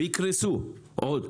ויקרסו עוד.